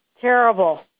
Terrible